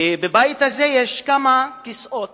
שבבית הזה יש כמה כיסאות